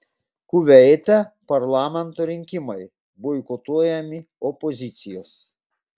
kuveite parlamento rinkimai boikotuojami opozicijos